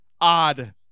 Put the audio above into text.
odd